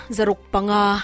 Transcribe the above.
Zarukpanga